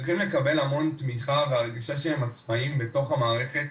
צריכים לקבל המון תמיכה והרגשה שהם עצמאים בתוך המערכת.